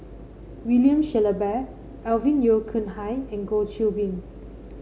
William Shellabear Alvin Yeo Khirn Hai and Goh Qiu Bin